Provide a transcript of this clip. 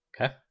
Okay